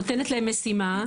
נותנת להן משימה,